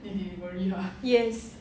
yes